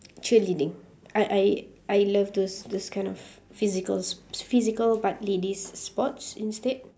cheerleading I I I love those those kind of physical s~ physical but ladies' sports instead